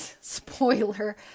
spoiler